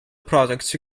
products